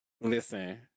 Listen